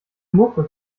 muffe